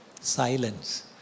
silence